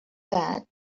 that